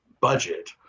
budget